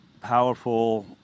Powerful